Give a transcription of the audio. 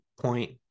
point